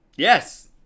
Yes